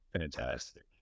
Fantastic